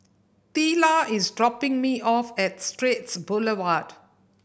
Teela is dropping me off at Straits Boulevard